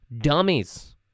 dummies